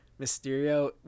Mysterio